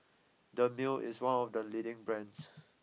Dermale is one of the leading brands